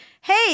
hey